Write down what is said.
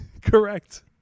Correct